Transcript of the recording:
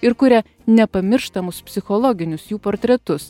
ir kuria nepamirštamus psichologinius jų portretus